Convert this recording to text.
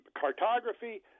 Cartography